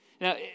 Now